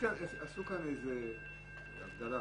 עשו כאן איזו הבדלה